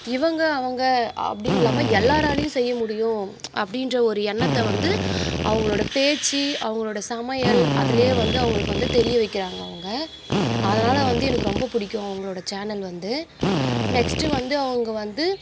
இவங்க அவங்க அப்படின்னு இல்லாமல் எல்லாேராலையும் செய்ய முடியும் அப்படின்ற ஒரு எண்ணத்தை வந்து அவுக்ஷங்களோட பேச்சு அவங்களோட சமையல் அதுலேயே வந்து அவங்களுக்கு வந்து தெரிய வைக்கிறாங்க அவங்க அதனால் வந்து எனக்கு ரொம்பப் பிடிக்கும் அவங்களோட சேனல் வந்து நெக்ஸ்ட்டு வந்து அவங்க வந்து